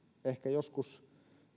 ehkä joskus